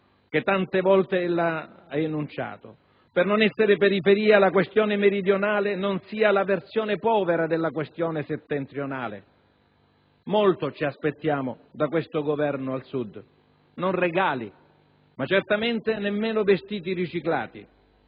che tante volte ella ha enunciato. Per non essere periferia la questione meridionale non sia la versione povera della questione settentrionale. Molto ci aspettiamo da questo Governo al Sud; non regali, ma certamente nemmeno vestiti riciclati.